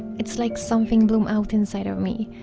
it's like something bloom out inside of me.